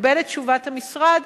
לקבל את תשובת המשרד,